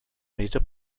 major